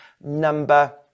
number